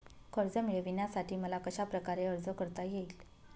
कर्ज मिळविण्यासाठी मला कशाप्रकारे अर्ज करता येईल?